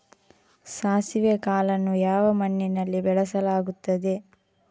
ಸಾಸಿವೆ ಕಾಳನ್ನು ಯಾವ ಮಣ್ಣಿನಲ್ಲಿ ಬೆಳೆಸಲಾಗುತ್ತದೆ?